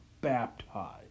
baptized